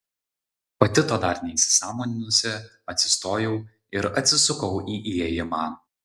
pati to dar neįsisąmoninusi atsistojau ir atsisukau į įėjimą